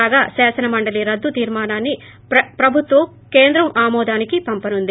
కాగా శాసన మండలి రద్దు తీర్మానాన్ని ప్రభుత్వం కేంద్రం ఆమోదానికి పంపనుంది